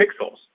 Pixels